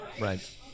Right